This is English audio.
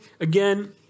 again